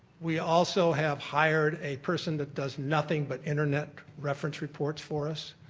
we also have hired a person that does nothing but internet reference reports for us.